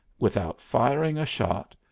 without firing a shot,